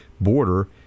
border